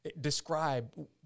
describe